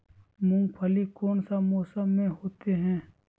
मूंगफली कौन सा मौसम में होते हैं?